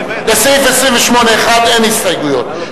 לסעיף 28(1) אין הסתייגויות.